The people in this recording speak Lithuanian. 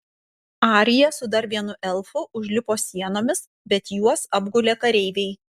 arija su dar vienu elfu užlipo sienomis bet juos apgulė kareiviai